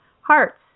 hearts